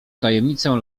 tajemnicę